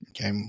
Okay